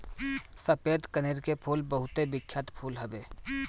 सफ़ेद कनेर के फूल बहुते बिख्यात फूल हवे